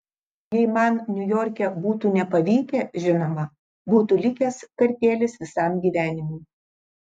jei man niujorke būtų nepavykę žinoma būtų likęs kartėlis visam gyvenimui